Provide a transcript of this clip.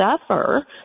suffer